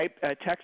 text